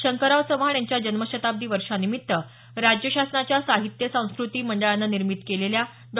शंकरराव चव्हाण यांच्या जन्मशताब्दी वर्षानिमित्त राज्य शासनाच्या साहित्य संस्कृती मंडळानं निर्मिती केलेल्या डॉ